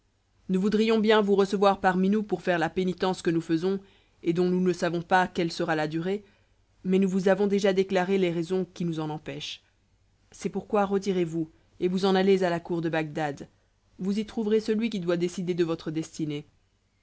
nous voudrions bien vous recevoir parmi nous pour faire la pénitence que nous faisons et dont nous ne savons pas quelle sera la durée mais nous vous avons déjà déclaré les raisons qui nous en empêchent c'est pourquoi retirez-vous et vous en allez à la cour de bagdad vous y trouverez celui qui doit décider de votre destinée